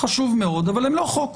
חשוב מאוד אבל הם לא חוק.